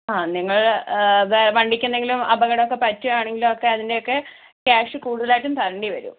ആ നിങ്ങൾ വണ്ടിക്കെന്തെങ്കിലും അപകടമൊക്കെ പറ്റുകയാണെങ്കിലൊക്കെ അതിൻ്റെ ഒക്കെ ക്യാഷ് കൂടുതലായിട്ടും തരേണ്ടി വരും